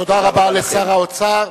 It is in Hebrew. תודה רבה לשר האוצר,